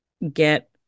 get